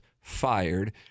fired